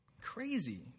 crazy